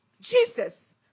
Jesus